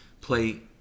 play